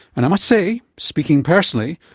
and i must say, speaking personally,